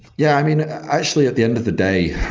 yeah. i mean, actually at the end of the day,